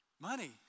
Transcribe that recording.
Money